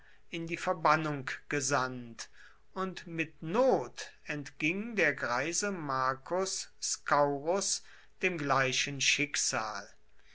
in die verbannung gesandt und mit not entging der greise marcus scaurus dem gleichen schicksal